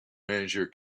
manager